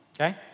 okay